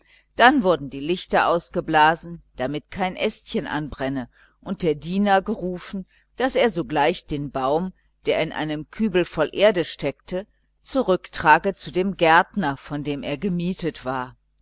dann wurden die lichter ausgeblasen damit kein ästchen anbrenne und der diener gerufen daß er sogleich den baum der in einem kübel voll erde steckte zurücktrage zu dem gärtner von dem er gemietet war